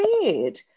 weird